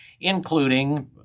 including